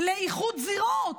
לאיחוד זירות